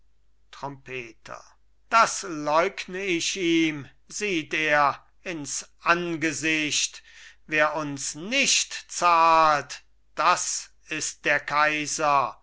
trompeter das leugn ich ihm sieht er ins angesicht wer uns nicht zahlt das ist der kaiser